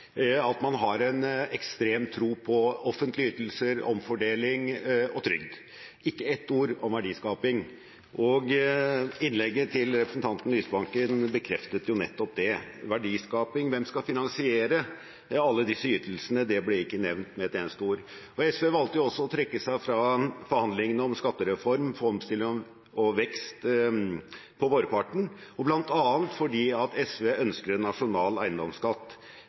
at man har en ekstrem tro på offentlige ytelser, omfordeling og trygd – ikke ett ord om verdiskaping. Innlegget til representanten Lysbakken bekreftet nettopp det. Verdiskaping og hvem som skal finansiere alle disse ytelsene, ble ikke nevnt med et eneste ord. SV valgte også å trekke seg fra forhandlingene om en skattereform for omstilling og vekst på vårparten, bl.a. fordi SV ønsker en nasjonal eiendomsskatt.